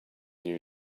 you